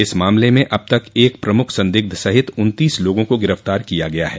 इस मामले में अब तक एक प्रमुख संदिग्ध सहित उन्तीस लोगों को गिरफ्तार किया गया है